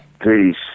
Peace